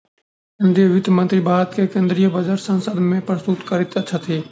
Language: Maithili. केंद्रीय वित्त मंत्री भारत के केंद्रीय बजट संसद में प्रस्तुत करैत छथि